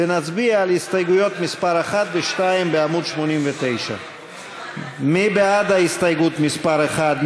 ונצביע על הסתייגויות מס' 1 ומס' 2 בעמוד 89. מי בעד הסתייגות מס' 1?